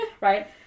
right